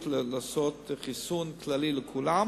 לצערי לא יהיה חיסון בעתיד הקרוב,